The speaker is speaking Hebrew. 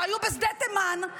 שהיו בשדה תימן,